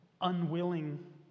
unwilling